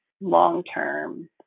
long-term